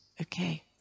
Okay